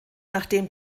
nachdem